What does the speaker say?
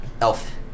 elf